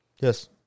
Yes